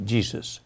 Jesus